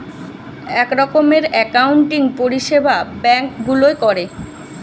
এক রকমের অ্যাকাউন্টিং পরিষেবা ব্যাঙ্ক গুলোয় করে